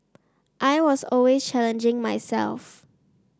I was always challenging myself